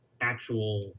actual